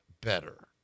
better